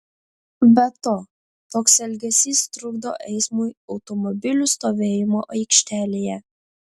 be to toks elgesys trukdo eismui automobilių stovėjimo aikštelėje